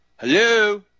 Hello